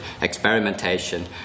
experimentation